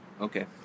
Okay